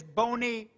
bony